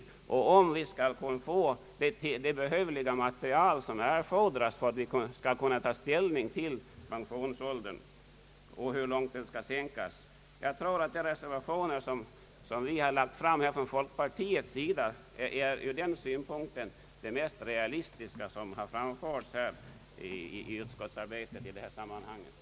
Vi behöver med det snaraste få tillgång till det material som erfordras för att kunna ta ställning till frågan om hur mycket pensionsåldern skall kunna sänkas. De reservationer som framförts av folkpartiet innefattar ur dessa synpunkter de mest realistiska förslag som har kommit fram under utskottsarbetet i denna fråga.